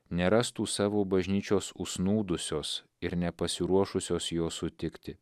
nerastų savo bažnyčios užsnūdusios ir nepasiruošusios jo sutikti